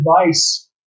advice